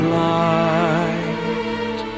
light